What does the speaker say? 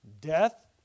Death